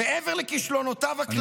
מעבר לכישלונותיו הכלליים,